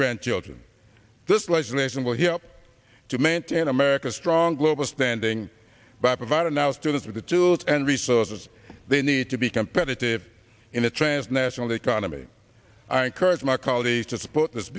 grandchildren this legislation will hear up to maintain america strong global standing by providing now students with the tools and resources they need to be competitive in a trans national economy i encourage my colleagues to support this